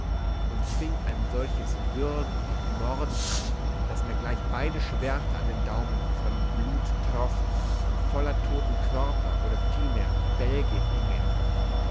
und fieng ein solches würgen und morden an daß mir gleich beide schwerder an den daumen von blut troffen und voller toten körper oder vielmehr bälge hiengen